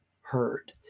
heard